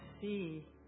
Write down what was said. see